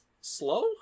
slow